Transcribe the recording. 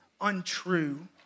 untrue